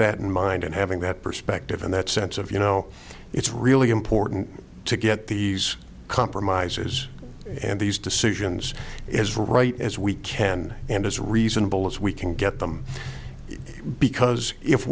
that in mind and having that perspective and that sense of you know it's really important to get these compromises and these decisions is right as we can and as reasonable as we can get them because if